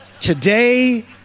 Today